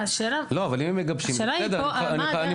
השאלה פה היא מה הדרך להשיג את זה.